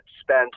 spent